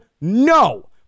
No